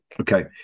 Okay